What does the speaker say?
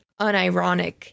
unironic